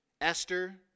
Esther